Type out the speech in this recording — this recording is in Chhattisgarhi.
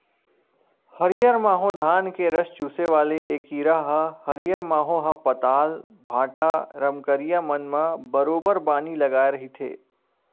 हरियर माहो धान के रस चूसे वाले ऐ कीरा ह हरियर माहो ह पताल, भांटा, रमकरिया मन म बरोबर बानी लगाय रहिथे